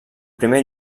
primer